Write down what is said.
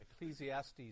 Ecclesiastes